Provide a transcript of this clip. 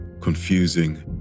Confusing